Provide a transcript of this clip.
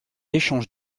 échanges